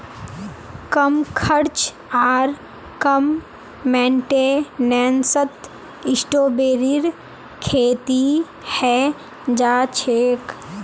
कम खर्च आर कम मेंटेनेंसत स्ट्रॉबेरीर खेती हैं जाछेक